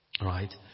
right